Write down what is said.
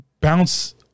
bounce